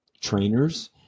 trainers